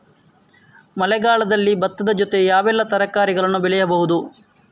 ಮಳೆಗಾಲದಲ್ಲಿ ಭತ್ತದ ಜೊತೆ ಯಾವೆಲ್ಲಾ ತರಕಾರಿಗಳನ್ನು ಬೆಳೆಯಬಹುದು?